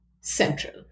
central